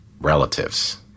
relatives